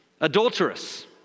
adulterous